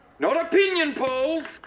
not opinion polls,